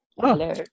Hello